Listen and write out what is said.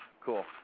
Cool